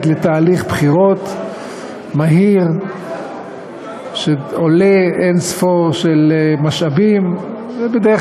לתהליך בחירות מהיר שעולה אין-ספור של משאבים ובדרך